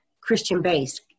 Christian-based